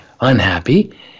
unhappy